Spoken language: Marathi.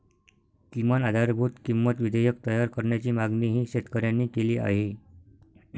किमान आधारभूत किंमत विधेयक तयार करण्याची मागणीही शेतकऱ्यांनी केली आहे